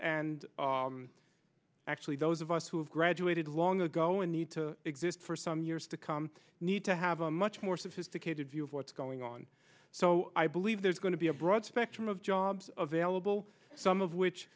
and actually those of us who have graduated long ago and need to exist for some years to come need to have a much more sophisticated view of what's going on so i believe there's going to be a broad spectrum of jobs available some of which